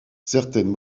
certaines